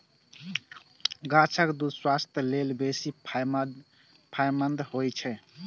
गाछक दूछ स्वास्थ्य लेल बेसी फायदेमंद होइ छै